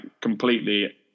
completely